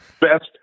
best